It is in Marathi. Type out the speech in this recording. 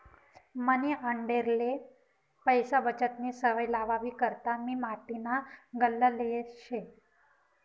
मनी आंडेरले पैसा बचतनी सवय लावावी करता मी माटीना गल्ला लेयेल शे